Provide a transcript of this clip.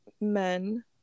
men